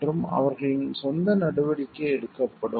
மற்றும் அவர்களின் சொந்த நடவடிக்கை எடுக்கப்படும்